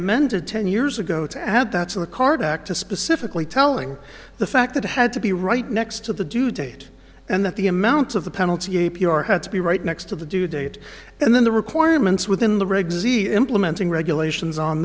amended ten years ago to add that to the card act to specifically telling the fact it had to be right next to the due date and that the amount of the penalty a p r had to be right next to the due date and then the requirements within the regs e implementing regulations on